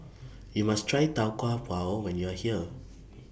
YOU must Try Tau Kwa Pau when YOU Are here